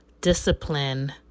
discipline